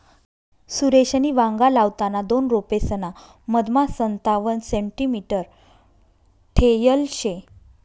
सुरेशनी वांगा लावताना दोन रोपेसना मधमा संतावण सेंटीमीटर ठेयल शे